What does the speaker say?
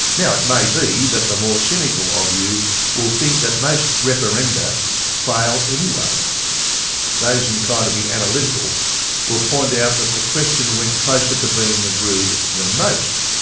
now it may be that the more cynical of you will think that most referenda fail anyway those inclined to be analytical will point out that the question went closer to being agreed than most!